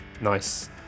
Nice